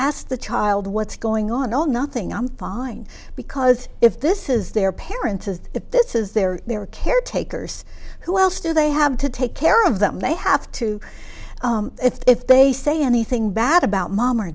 asked the child what's going on oh nothing i'm fine because if this is their parents as if this is their their caretakers who else do they have to take care of them they have to if they say anything bad about mom or